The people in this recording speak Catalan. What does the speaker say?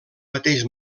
mateix